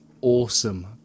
awesome